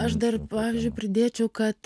aš dar pavyzdžiui pridėčiau kad